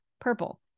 purple